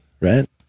Right